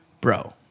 bro